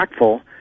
impactful